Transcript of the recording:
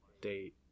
date